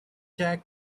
tag